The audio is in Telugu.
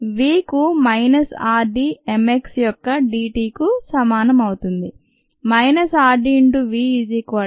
V కు minus r d m x యొక్క dt కు సమానం అవుతుంది